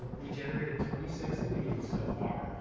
we generated twenty six the leads so far,